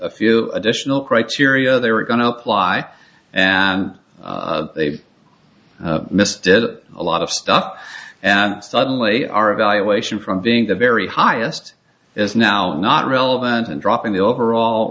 a few additional criteria they were going to apply and they've missed a lot of stuff and suddenly our evaluation from being the very highest is now not relevant in dropping the overall